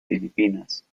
filipinas